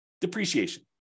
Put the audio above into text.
depreciation